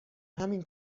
همین